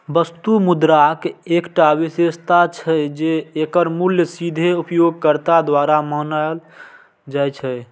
वस्तु मुद्राक एकटा विशेषता छै, जे एकर मूल्य सीधे उपयोगकर्ता द्वारा मानल जाइ छै